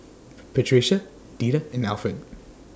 Patricia Deetta and Alford